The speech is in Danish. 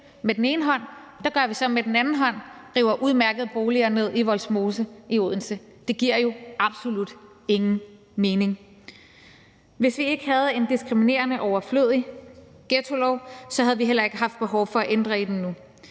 boliger til. Hvad gør vi så med den anden hånd? Vi river udmærkede boliger ned i Vollsmose i Odense. Det giver jo absolut ingen mening. Hvis vi ikke havde en diskriminerende og overflødig ghettolov, havde vi heller ikke haft behov for at ændre i den nu.